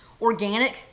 organic